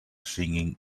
singing